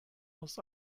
aus